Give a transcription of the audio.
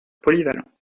polyvalent